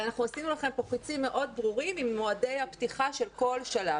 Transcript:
ואנחנו עשינו לכם פה חיצים מאוד ברורים עם מועדי הפתיחה של כל שלב.